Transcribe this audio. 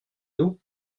nous